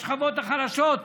בשכבות החלשות.